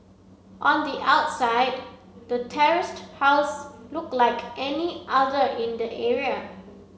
on the outside the terraced house look like any other in the area